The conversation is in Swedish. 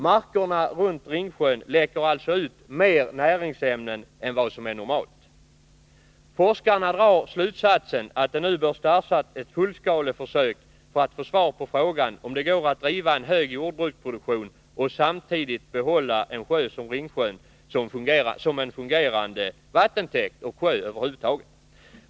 Markerna runt Ringsjön läcker alltså ut mer näringsämnen än vad som är normalt. Forskarna drar slutsatsen att det nu bör startas ett fullskaleförsök för att få svar på frågan om det går att driva en hög jordbruksproduktion och samtidigt behålla en sjö som Ringsjön som en fungerande vattentäkt och sjö över huvud taget.